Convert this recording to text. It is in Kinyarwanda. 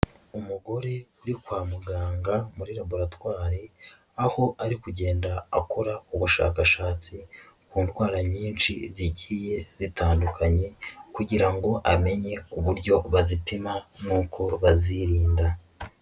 Umugore uri kwa muganga muri laboratwari aho ari kugenda akora ubushakashatsi ku ndwara nyinshi zigiye zitandukanye kugira ngo amenye uburyo bazipima nuko bazirinda.